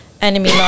enemy